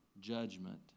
judgment